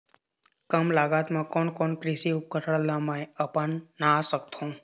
कम लागत मा कोन कोन कृषि उपकरण ला मैं अपना सकथो?